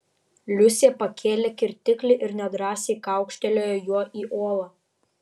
liusė pakėlė kirtiklį ir nedrąsiai kaukštelėjo juo į uolą